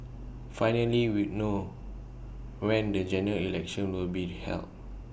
finally we know when the General Election will be held